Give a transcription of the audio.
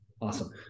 Awesome